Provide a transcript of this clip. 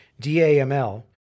DAML